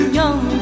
young